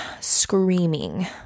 screaming